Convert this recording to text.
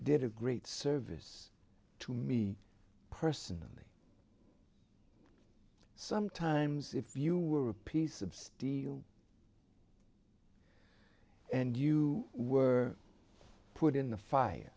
did a great service to me personally sometimes if you were a piece of steel and you were put in a fire